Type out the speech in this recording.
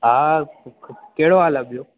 हा हा कहिड़ो हाल आहे ॿियों